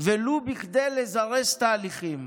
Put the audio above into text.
ולו בכדי לזרז תהליכים.